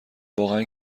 واقعا